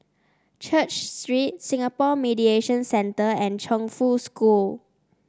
Church Street Singapore Mediation Centre and Chongfu School